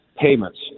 payments